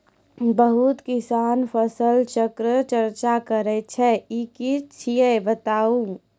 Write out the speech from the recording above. बहुत किसान फसल चक्रक चर्चा करै छै ई की छियै बताऊ?